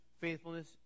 faithfulness